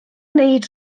wneud